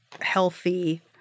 healthy